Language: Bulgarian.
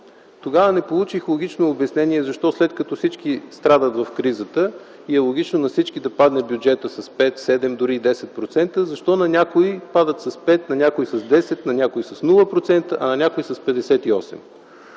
Тогава не получих логично обяснение, след като всички страдат в кризата и е логично на всички бюджетът да падне с 5, 7, дори 10%, защо на някои пада с 5, на някои с 10, на някои с 0%, а на някои с 58.